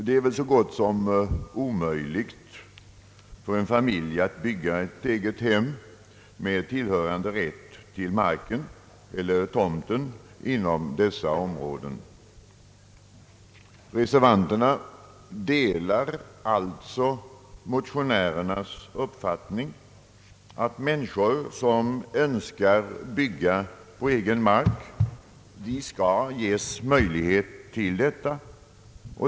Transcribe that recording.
Det är så gott som omöjligt för en familj att bygga ett eget hem med tillhörande rätt till marken inom dessa områden. Reservanterna delar alltså motionärernas uppfattning att människor som önskar bygga på egen mark skall ges möjlighet till detta.